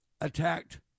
attacked